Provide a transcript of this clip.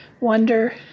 wonder